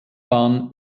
bahn